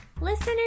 Listener